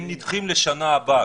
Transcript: הם נדחים לשנה הבאה.